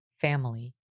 family